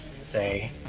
say